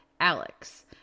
Alex